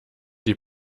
die